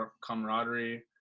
camaraderie